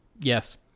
yes